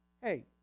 Hey